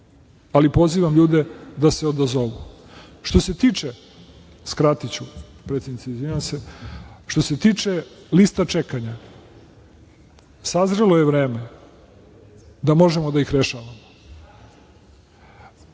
ali pozivam ljude da se odazovu. Što se tiče, skratiću, predsednice, izvinjavam se, što se tiče lista čekanja sazrelo je vreme da možemo da ih rešavamo.